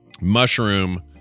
mushroom